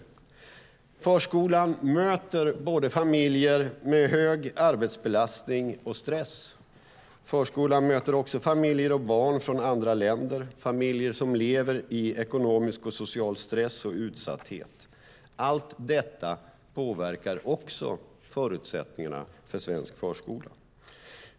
Förskolan möter familjer med både hög arbetsbelastning och stress. Den möter också familjer och barn från andra länder och familjer som lever i ekonomisk och social stress och utsatthet. Allt detta påverkar förutsättningarna för svensk förskola.